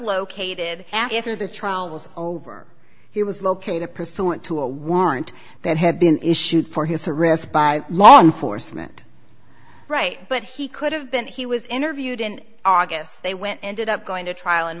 located after the trial was over he was located pursuant to a warrant that had been issued for his to respond law enforcement right but he could have been he was interviewed in august they went ended up going to trial in